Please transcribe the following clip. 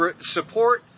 support